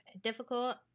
difficult